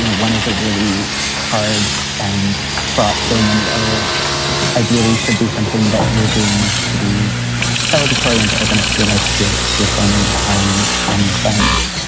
you know one is a really hard and fraught thing and the other ideally should be something that you're doing to be celibate, trying and to open up your life to your to your family um and your friends.